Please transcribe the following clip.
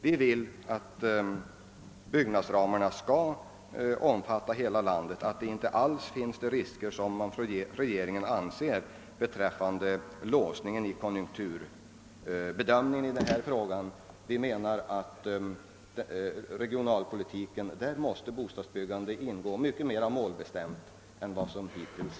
Vi vill att byggnadsramarna skall omfatta hela landet och menar att det inte alls föreligger de risker i form av låsning vid konjunkturbedömning som regeringen förutsätter. Då det gäller regionalpolitiken måste enligt vår mening bostadsbyggandet ingå på ett mycket mera målbestämt sätt än hittills.